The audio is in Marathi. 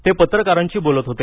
ते पत्रकारांशी बोलत होते